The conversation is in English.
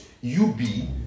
u-b